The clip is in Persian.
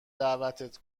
دعوتت